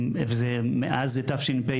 מאז תש"פ,